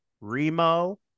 Remo